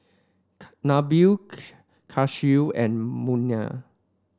Nabil Khalish and Munah